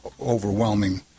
overwhelming